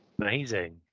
Amazing